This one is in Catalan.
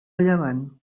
llevant